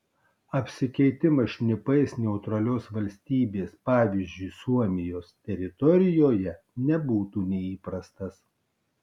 apsikeitimas šnipais neutralios valstybės pavyzdžiui suomijos teritorijoje nebūtų neįprastas